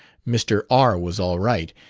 mr. r. was all right,